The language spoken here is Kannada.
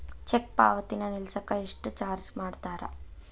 ಚೆಕ್ ಪಾವತಿನ ನಿಲ್ಸಕ ಎಷ್ಟ ಚಾರ್ಜ್ ಮಾಡ್ತಾರಾ